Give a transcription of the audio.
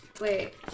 Wait